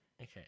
Okay